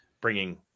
bringing